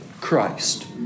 Christ